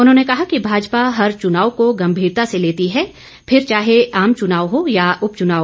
उन्होंने कहा कि भाजपा हर चुनाव को गंभीरता से लेती है फिर चाहे आम चुनाव हो या उपचुनाव